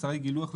מצאי גילוח,